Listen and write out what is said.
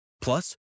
Plus